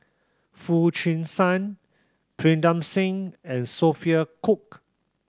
Foo Chee San Pritam Singh and Sophia Cooke